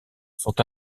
sont